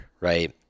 right